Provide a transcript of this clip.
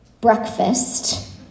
breakfast